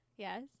Yes